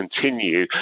continue